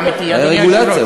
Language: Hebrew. עמיתי היושב-ראש.